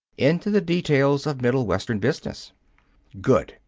into the details of middle western business good!